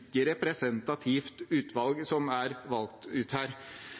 ikke-representativt utvalg som er med her.